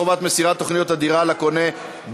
חובת מסירת תוכניות הדירה לקונה),